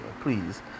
please